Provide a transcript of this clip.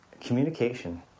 communication